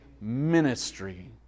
ministry